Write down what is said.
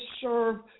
serve